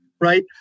right